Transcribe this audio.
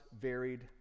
varied